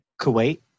Kuwait